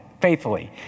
Faithfully